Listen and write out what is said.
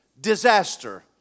disaster